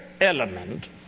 element